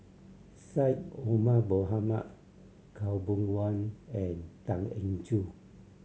Syed Omar Mohamed Khaw Boon Wan and Tan Eng Joo